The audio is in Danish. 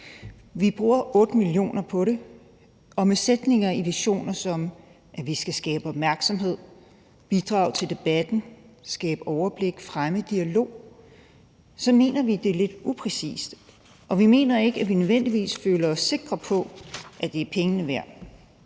Vi bruger 8 mio. kr. på det, og med visioner i sætninger, som at vi skal skabe opmærksomhed, bidrage til debatten, skabe overblik og fremme dialog, mener vi, det er lidt upræcist, og vi mener ikke, at vi nødvendigvis føler os sikre på, at det er pengene værd.